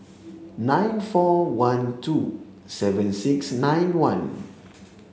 nine four one two seven six nine one